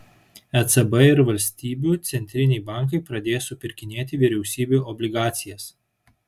ecb ir valstybių centriniai bankai pradės supirkinėti vyriausybių obligacijas